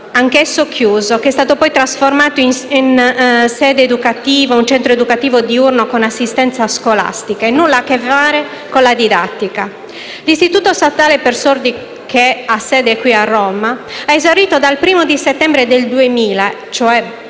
Palermo, che è stato trasformato in un centro educativo diurno con assistenza scolastica e nulla ha a che fare con la didattica. L'istituto statale per sordi che ha sede qui a Roma ha esaurito dal 1° settembre del 2000, cioè